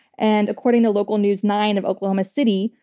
and according to local new nine of oklahoma city,